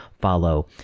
follow